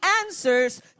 answers